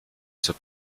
zur